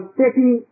taking